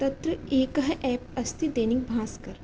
तत्र एकः एप् अस्ति दैनिक् भास्कर्